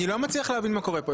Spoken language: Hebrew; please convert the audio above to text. אני לא מצליח להבין מה קורה פה.